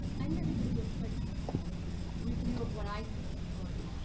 i'm here to give you a quick review of what i think is important.